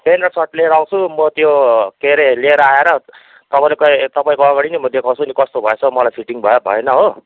pant र shirt लिएर आउँछु म त्यो के अरे लिएर आएर तपाईँकै तपाईँको अगाडि नै म देखाउँछु नि कस्तो भएछ मलाई फिटिङ भयो भएन हो